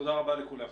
תודה רבה לכולם.